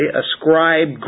ascribe